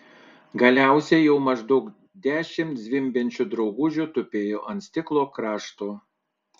galiausiai jau maždaug dešimt zvimbiančių draugužių tupėjo ant stiklo krašto